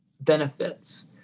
benefits